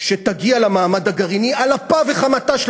שתגיע למעמד הגרעיני על אפה וחמתה של